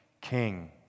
king